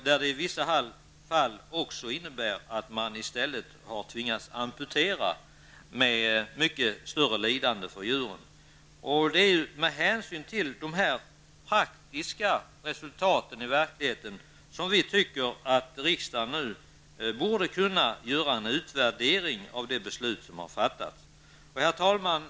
I vissa fall har det också inneburit att man i stället har tvingats amputera, med mycket större lidande för hundarna. Det är med hänsyn till de praktiska resultaten som vi anser att riksdagen nu borde kunna göra en utvärdering av det beslut som har fattats. Herr talman!